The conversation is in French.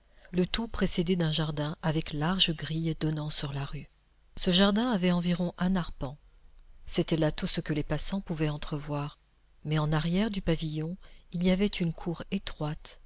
le tout précédé d'un jardin avec large grille donnant sur la rue ce jardin avait environ un arpent c'était là tout ce que les passants pouvaient entrevoir mais en arrière du pavillon il y avait une cour étroite